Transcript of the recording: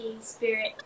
spirit